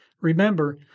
Remember